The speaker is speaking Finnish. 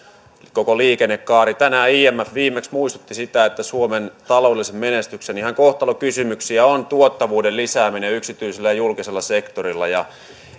koko liikennekaari liittyy tänään imf viimeksi muistutti siitä että suomen taloudellisen menestyksen ihan kohtalonkysymyksiä on tuottavuuden lisääminen yksityisellä ja julkisella sektorilla